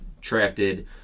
drafted